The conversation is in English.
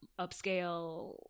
upscale